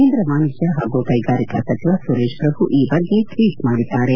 ಕೇಂದ್ರ ವಾಣಿಜ್ಯ ಹಾಗೂ ಕೈಗಾರಿಕಾ ಸಚಿವ ಸುರೇಶ್ ಪ್ರಭು ಈ ಬಗ್ಗೆ ಟ್ವೀಟ್ ಮಾಡಿದ್ದಾರೆ